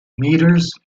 metres